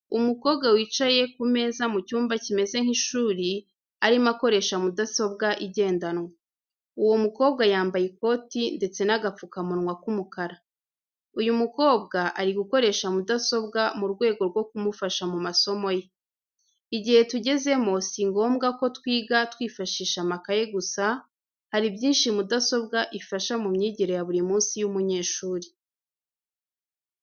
Umukobwa wicaye ku meza mu cyumba kimeze nk'ishuri, arimo akoresha mudasobwa igendanwa. Uwo mukobwa yambaye ikoti ndetse n'agapfukamunwa k'umukara. Uyu mukobwa ari gukoresha mudasobwa mu rwego rwo kumufasha mu masomo ye. Igihe tugezemo si ngombwa ko twiga twifashisha amakaye gusa, hari byinshi mudasobwa ifasha mu myigire ya buri munsi y'umunyeshuri.